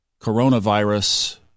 coronavirus